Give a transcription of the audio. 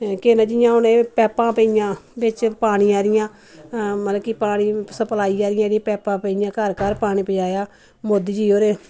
कि जियां हुन पैपा पेईआं पानी आह्लिआं मतलव कि घर घर पानी आह्लिआ पैपां पेदीआं मोदी जी होरे